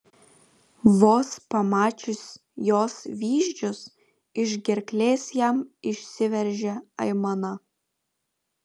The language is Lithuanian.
vos pamačius jos vyzdžius iš gerklės jam išsiveržė aimana